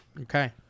Okay